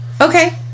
okay